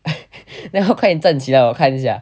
然后快点站起来我看一下